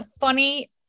funny